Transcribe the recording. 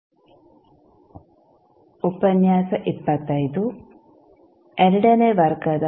ವಂದನೆಗಳು